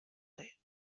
lent